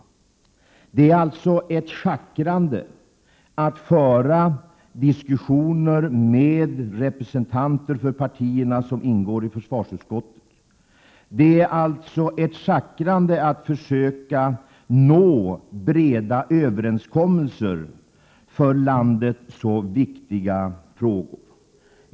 Det är alltså ett schackrande att föra diskussioner med representanter för partier som ingår i försvarsutskottet och att försöka nå breda överenskommelser i för landet så viktiga frågor.